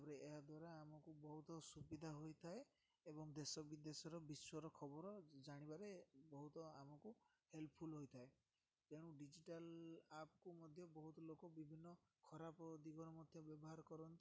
ତାପରେ ଏହା ଦ୍ୱାରା ଆମକୁ ବହୁତ ସୁବିଧା ହୋଇଥାଏ ଏବଂ ଦେଶ ବିଦେଶର ବିଶ୍ବର ଖବର ଜାଣିବାରେ ବହୁତ ଆମକୁ ହେଲ୍ପଫୁଲ୍ ହୋଇଥାଏ ତେଣୁ ଡ଼ିଜିଟାଲ୍ ଆପ୍କୁ ମଧ୍ୟ ବହୁତ ଲୋକ ବିଭିନ୍ନ ଖରାପ ଦିଗରେ ମଧ୍ୟ ବ୍ୟବହାର କରନ୍ତି